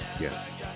Yes